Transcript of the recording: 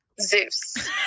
Zeus